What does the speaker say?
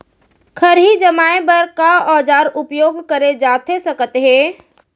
खरही जमाए बर का औजार उपयोग करे जाथे सकत हे?